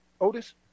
Otis